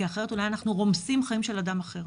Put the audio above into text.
כי אחרת אולי אנחנו רומסים חיים של אדם אחר.